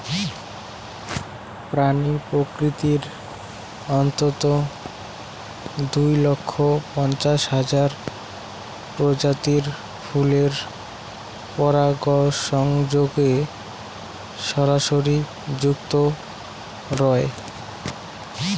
প্রাণী প্রকৃতির অন্ততঃ দুই লক্ষ পঞ্চাশ হাজার প্রজাতির ফুলের পরাগসংযোগে সরাসরি যুক্ত রয়